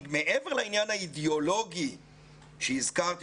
מעבר לעניין האידיאולוגי שהזכרתי,